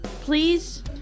Please